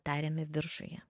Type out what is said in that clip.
tariami viršuje